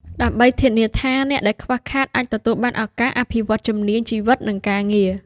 ដើម្បីធានាថាអ្នកដែលខ្វះខាតអាចទទួលបានឱកាសអភិវឌ្ឍជំនាញជីវិត និងការងារ។